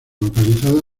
localizada